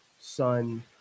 sun